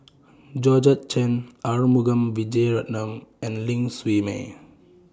Georgette Chen Arumugam Vijiaratnam and Ling Siew May